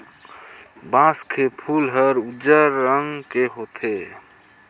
बांस के फूल हर उजर रंग के होथे